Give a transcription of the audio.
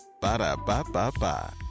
Ba-da-ba-ba-ba